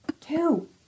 Two